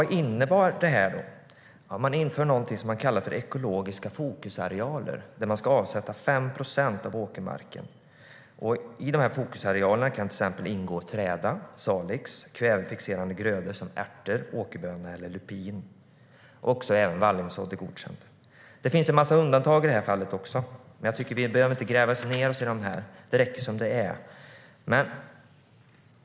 Vad innebär då detta? Jo, man inför någonting som man kallar för ekologiska fokusarealer. 5 procent av åkermarken ska avsättas. I fokusarealerna kan det till exempel ingå träda, salix eller kvävefixerande grödor som ärter, åkerbönor och lupiner. Även vallinsådd godkänns. Det finns en massa undantag också, men vi behöver inte gräva ned oss i det. Det räcker som det är.